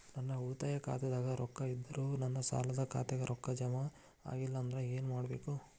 ನನ್ನ ಉಳಿತಾಯ ಖಾತಾದಾಗ ರೊಕ್ಕ ಇದ್ದರೂ ನನ್ನ ಸಾಲದು ಖಾತೆಕ್ಕ ರೊಕ್ಕ ಜಮ ಆಗ್ಲಿಲ್ಲ ಅಂದ್ರ ಏನು ಮಾಡಬೇಕು?